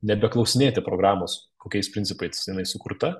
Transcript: nebe klausinėti programos kokiais principais jinai sukurta